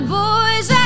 boys